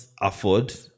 afford